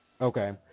Okay